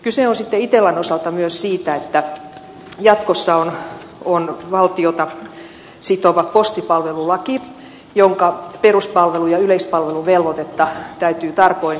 kyse on sitten itellan osalta myös siitä että jatkossa on valtiota sitova postipalvelulaki jonka peruspalvelu ja yleispalveluvelvoitetta täytyy tarkoin noudattaa